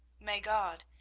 may god,